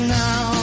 now